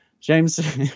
James